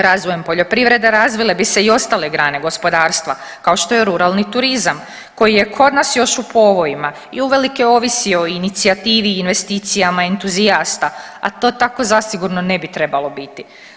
Razvojem poljoprivrede razvile bi se i ostale grane gospodarstva kao što je ruralni turizam koji je kod nas još u povojima i uvelike ovisi o inicijativi i investicijama entuzijasta, a to tako zasigurno ne bi trebalo biti.